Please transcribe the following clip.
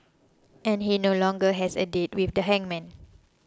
and he no longer has a date with the hangman